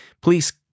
please